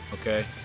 Okay